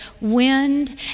wind